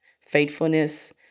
faithfulness